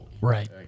Right